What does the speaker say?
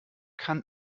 kann